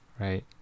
right